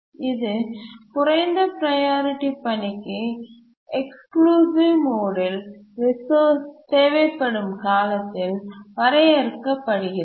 இது குறைந்த ப்ரையாரிட்டி பணிக்கு எக்ஸ்க்ளூசிவ் மோடில் ரிசோர்ஸ்ம் தேவைப்படும் காலத்தால் வரையறுக்கப்படுகிறது